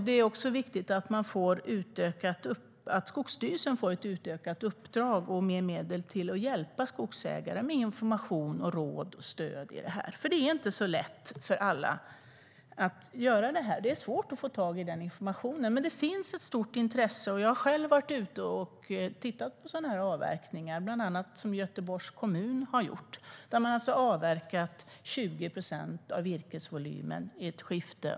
Det är viktigt att Skogsstyrelsen får ett utökat uppdrag och mer medel till att hjälpa skogsägare med information, råd och stöd i det här. Det är nämligen inte lätt för alla att göra. Det är svårt att få tag i informationen, men det finns ett stort intresse. Jag har själv varit ute och tittat på sådana avverkningar som bland annat Göteborgs kommun har gjort. De har alltså avverkat 20 procent av virkesvolymen i ett skifte.